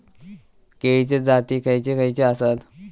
केळीचे जाती खयचे खयचे आसत?